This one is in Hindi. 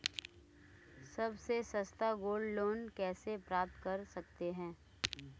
सबसे सस्ता गोल्ड लोंन कैसे प्राप्त कर सकते हैं?